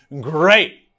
great